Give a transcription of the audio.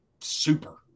super